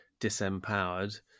disempowered